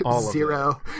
Zero